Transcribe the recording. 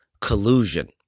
Collusion